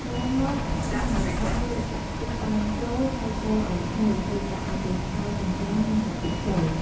ក្រោយមកដាក់ឆ្នាំងឲ្យក្តៅរួចចាក់ខ្ទិះដើមចូលហេីយកូរអោយឈ្ងុយទើបដាក់ម្ទេសឆ្អើរចិញ្រ្ចាំ និងកាពិចូល។